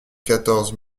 quatorze